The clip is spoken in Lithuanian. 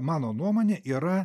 mano nuomone yra